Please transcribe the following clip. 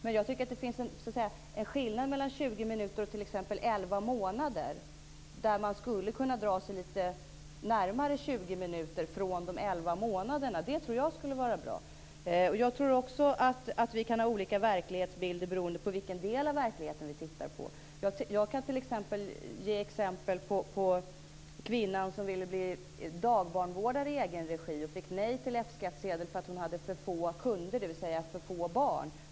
Men jag tycker att det finns en skillnad mellan 20 minuter och t.ex. elva månader, där man skulle kunna dra sig litet närmare 20 minuter från de elva månaderna. Det tror jag skulle vara bra. Jag tror också att vi kan ha olika verklighetsbilder beroende på vilken del av verkligheten som vi tittar på. Jag kan ge exempel på en kvinna som ville bli dagbarnvårdare i egen regi och fick nej till F skattsedel därför att hon hade för få kunder, dvs. för få barn.